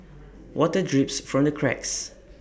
water drips from the cracks